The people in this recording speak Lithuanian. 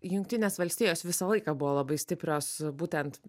jungtinės valstijos visą laiką buvo labai stiprios būtent